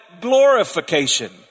glorification